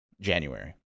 January